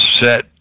set